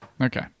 Okay